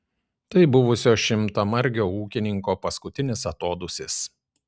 tai buvusio šimtamargio ūkininko paskutinis atodūsis